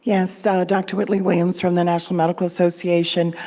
yeah so dr. whitney williams from the national medical association.